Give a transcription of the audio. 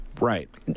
Right